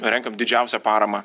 renkam didžiausią paramą